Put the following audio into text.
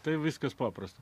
tai viskas paprasta